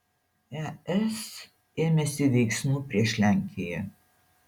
es ėmėsi veiksmų prieš lenkiją